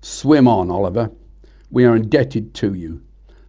swim on oliver we are indebted to you